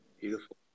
Beautiful